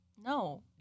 No